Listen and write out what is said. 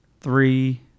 three